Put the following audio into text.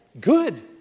Good